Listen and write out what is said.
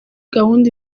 gahunda